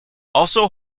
also